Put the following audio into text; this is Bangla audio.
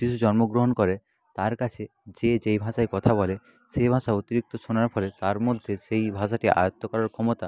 শিশু জন্মগ্রহণ করে তার কাছে যে যেই ভাষায় কথা বলে সেই ভাষা অতিরিক্ত শোনার ফলে তার মধ্যে সেই ভাষাটি আয়ত্ত করার ক্ষমতা